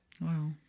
Wow